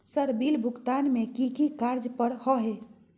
Sir bill भुगतान में की की कार्य पर हहै?